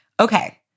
okay